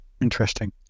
Interesting